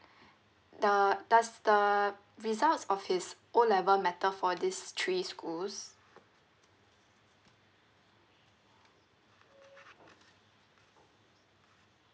the does the results of his O level matter for these three schools